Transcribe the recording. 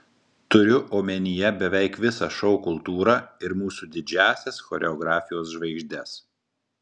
turiu omenyje beveik visą šou kultūrą ir mūsų didžiąsias choreografijos žvaigždes